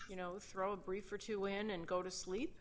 you know throw a brief or to win and go to sleep